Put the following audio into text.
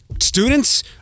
students